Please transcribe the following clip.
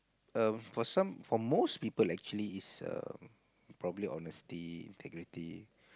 um for some for most people actually it's um probably honesty integrity